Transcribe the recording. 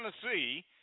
Tennessee